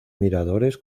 miradores